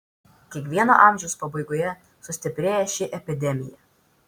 kiekvieno amžiaus pabaigoje sustiprėja ši epidemija